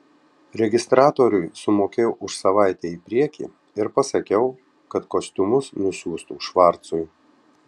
registratoriui sumokėjau už savaitę į priekį ir pasakiau kad kostiumus nusiųstų švarcui